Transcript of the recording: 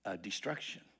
destruction